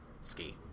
Ski